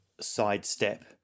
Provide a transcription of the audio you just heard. sidestep